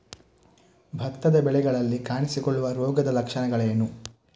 ಭತ್ತದ ಬೆಳೆಗಳಲ್ಲಿ ಕಾಣಿಸಿಕೊಳ್ಳುವ ರೋಗದ ಲಕ್ಷಣಗಳೇನು?